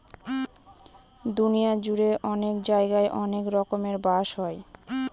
দুনিয়া জুড়ে অনেক জায়গায় অনেক রকমের বাঁশ হয়